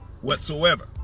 whatsoever